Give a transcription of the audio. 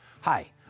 Hi